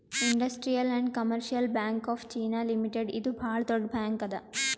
industrial and commercial bank of China limited ಇದು ಭಾಳ್ ದೊಡ್ಡ ಬ್ಯಾಂಕ್ ಅದಾ